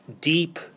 deep